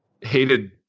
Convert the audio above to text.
hated